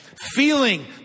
feeling